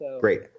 Great